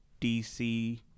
DC